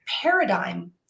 paradigm